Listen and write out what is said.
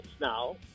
Now